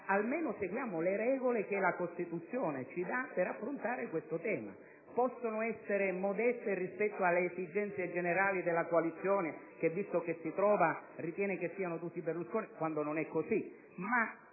Almeno seguiamo le regole che la Costituzione ci dà per affrontare questo tema. Possono essere modeste rispetto alle esigenze generali della coalizione che, visto che ci si trova, ritiene che siano tutti Berlusconi, quando non è così,